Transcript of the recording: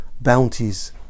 bounties